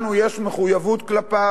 חלק שלנו יש מחויבות כלפיו,